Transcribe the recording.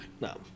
No